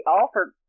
offered